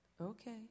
okay